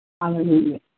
Hallelujah